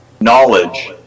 knowledge